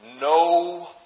no